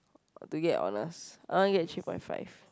to get honest I want get three point five